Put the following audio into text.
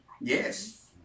Yes